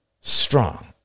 strong